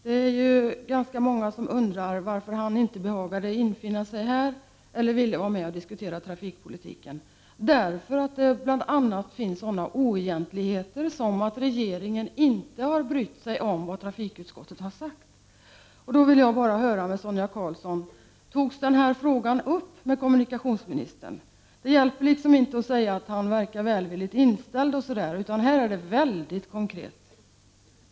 Det är ju ganska många som undrar varför han inte behagade infinna sig här eller ville vara med och diskutera trafikpolitiken, därför att det bl.a. finns sådana oegentligheter som att regeringen inte har brytt sig om vad trafikutskottet sagt. Då vill jag bara höra med Sonia Karlsson: Togs denna fråga upp med kommunikationsministern? Det hjälper inte att säga att han verkar välvilligt inställd. Här är det väldigt konkret.